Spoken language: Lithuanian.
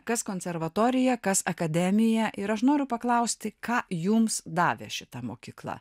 kas konservatoriją kas akademiją ir aš noriu paklausti ką jums davė šita mokykla